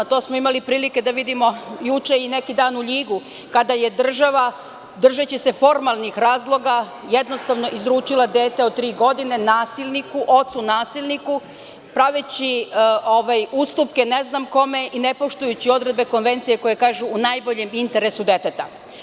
To smo imali prilike da vidimo juče i neki dan u Ljigu, kada je država, držeći se formalnih razloga, jednostavno izručila dete od tri godine ocu nasilniku, praveći ustupke ne znam kome i nepoštujući odredbe konvencije koja kaže – u najboljem interesu deteta.